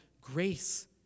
grace